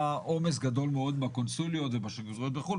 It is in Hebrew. עומס גדול מאוד בקונסוליות ובשגרירויות בחו"ל,